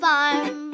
Farm